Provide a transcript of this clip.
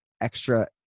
extra